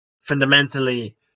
fundamentally